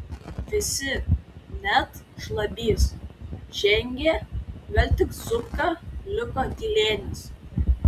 visi net žlabys žengė gal tik zupka liko tylenis